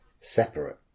separate